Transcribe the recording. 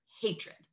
hatred